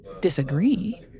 disagree